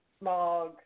Mog